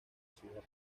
ciudad